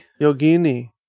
Yogini